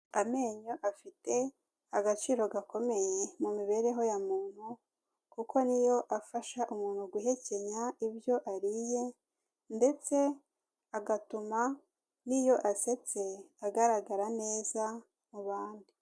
Amenyo afite agaciro gakomeye mu mibereho ya muntu kuko ni yo afasha umuntu guhekenya ibyo ariye ndetse agatuma n'iyo asetse agaragara neza mu bantu.